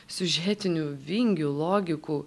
siužetinių vingių logikų